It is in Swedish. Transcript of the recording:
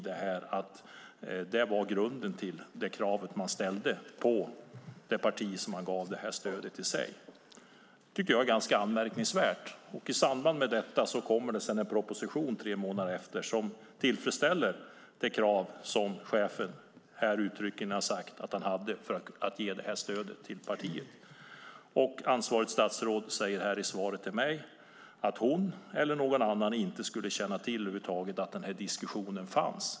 Det är grunden för kravet man ställer på det parti man gett stödet. Tre månader senare kommer det en proposition som tillfredsställer det krav som chefen klart uttryckt att han hade för att ge stödet till partiet. Det är anmärkningsvärt. Ansvarigt statsråd säger i sitt svar till mig att hon eller någon annan inte känner till att denna diskussion fanns.